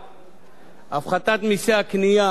הפחתת מסי הקנייה, מכסים.